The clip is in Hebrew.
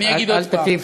אני מבקש, אל תטיף.